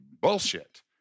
bullshit